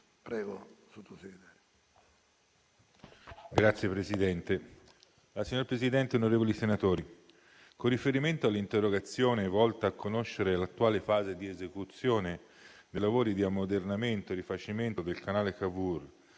la sovranità alimentare e le foreste*. Signor Presidente, onorevoli senatori, con riferimento all'interrogazione volta a conoscere l'attuale fase di esecuzione dei lavori di ammodernamento e rifacimento del canale Cavour,